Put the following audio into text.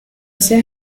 seas